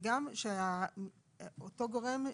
וגם שאותו גורם,